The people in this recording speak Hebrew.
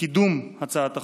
קידום הצעת החוק.